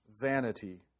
vanity